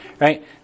right